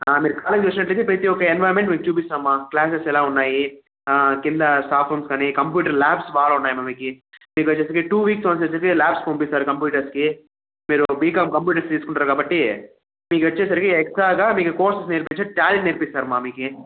మీరు కాలేజ్కి వచ్చినట్లయితే ప్రతీ ఒక ఎన్విరాన్మెంట్ మీకు చూపిస్తాం మా క్లాసెస్ ఎలా ఉన్నాయి కింద స్టాఫ్ రూమ్స్ కాని కంప్యూటర్ ల్యాబ్స్ బాగున్నాయమ్మ మీకు టూ వీక్స్ వన్స్ వచ్చేసి ల్యాబ్స్కి పంపిస్తారు కంప్యూటర్స్కి మీరు బీకామ్ కంప్యూటర్స్ తీసుకుంటారు కాబట్టి మీకు వచ్చేసరికి ఎక్స్ట్రాగా మీకు కోర్స్ నేర్పించి ట్యాలెంట్ నేర్పిస్తారమ్మ మీకు